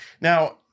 Now